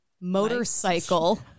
motorcycle